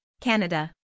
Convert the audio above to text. Canada